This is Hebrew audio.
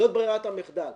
זאת ברירת המחדל.